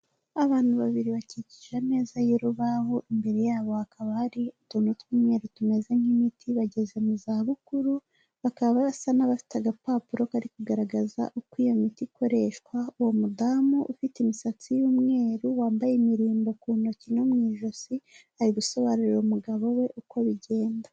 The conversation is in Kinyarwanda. Abantu babiri bakikije ameza y'urubahobo imbere yabo hakaba hari utuntu tw'umweru tumeze nk'imiti bageze mu za bukuru bakaba barasa n'abafite agapapuro kari kugaragaza uko iyo miti ikoreshwa, uwo mudamu ufite imisatsi y'umweru wambaye imirimbo ku ntoki no mu ijosi, ari gusobanurira umugabo we uko bigenda.